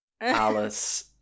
Alice